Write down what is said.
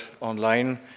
online